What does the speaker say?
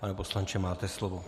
Pane poslanče, máte slovo.